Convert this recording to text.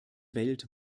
welt